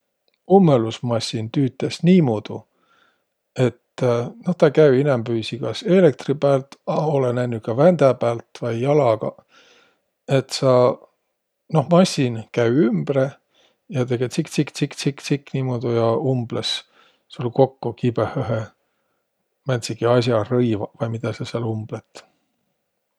Ummõlusmassin tüütäs niimuudu, et no tä käü inämbüisi kas eelektri päält, a olõ nännüq ka vändä päält vai jalagaq, et sa, noh, massin käü ümbre ja tege tsik-tsik-tsik-tsik-tsik, niimuudu ja umblõs sul kokko kibõhõhe määntsegi as'a, rõivaq vai midä sa sääl umblõt.